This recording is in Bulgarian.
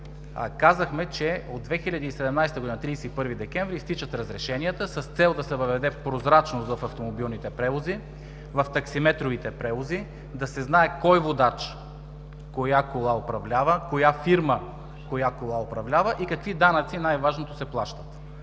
казахме, че от 31 декември 2017 г. изтичат разрешенията с цел да се въведе прозрачност в автомобилните превози в таксиметровите превози, да се знае кой водач коя кола управлява, коя фирма коя кола управлява и какви данъци, най важното, се плащат.